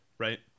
Right